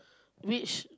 which